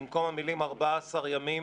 במקום המילים: "על ידי היועץ המשפטי לממשלה",